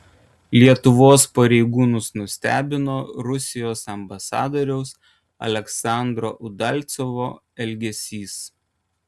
lietuvos pareigūnus nustebino rusijos ambasadoriaus aleksandro udalcovo elgesys